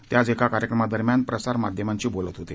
ते आज एका कार्यक्रमादरम्यान प्रसार माध्यमांशी बोलत होते